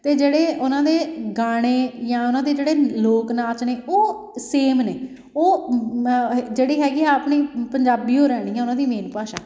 ਅਤੇ ਜਿਹੜੇ ਉਹਨਾਂ ਦੇ ਗਾਣੇ ਜਾਂ ਉਹਨਾਂ ਦੇ ਜਿਹੜੇ ਲੋਕ ਨਾਚ ਨੇ ਉਹ ਸੇਮ ਨੇ ਉਹ ਜਿਹੜੀ ਹੈਗੀ ਆਪਣੀ ਪੰਜਾਬੀ ਓ ਰਹਿਣੀ ਹੈ ਉਹਨਾਂ ਦੀ ਮੇਨ ਭਾਸ਼ਾ